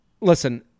listen